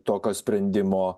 tokio sprendimo